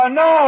no